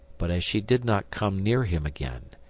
but as she did not come near him again,